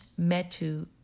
metu